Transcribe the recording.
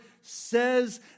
says